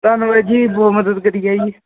ਧੰਨਵਾਦ ਜੀ ਬਹੁਤ ਮਦਦ ਕਰੀ ਹੈ ਜੀ